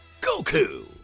Goku